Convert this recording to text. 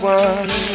one